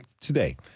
today